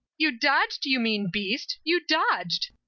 you dodged, you mean beast, you dodged!